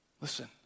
Listen